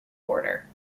order